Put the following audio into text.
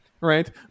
right